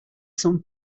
some